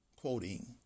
Quoting